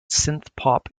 synthpop